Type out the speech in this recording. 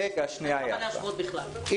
אין מה להשוות בכלל.